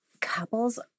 Couples